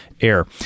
air